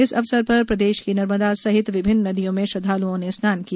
इस अवसर पर प्रदेश की नर्मदा सहित विभिन्न नदियों में श्रद्धालुओं ने स्नान किया